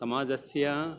समाजस्य